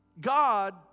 God